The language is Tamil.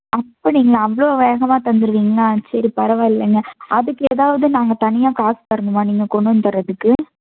அப்படிங்களா அவ்வளோ வேகமாக தந்துடுவீங்களா சரி பரவாயில்லைங்க அதுக்கு எதாவது நாங்கள் தனியாக காசு தரணுமா நீங்கள் கொண்டு வந்து தரதுக்கு